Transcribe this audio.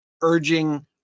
urging